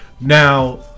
Now